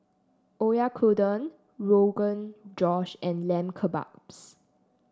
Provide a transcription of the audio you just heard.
Oyakodon Rogan Josh and Lamb Kebabs